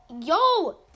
Yo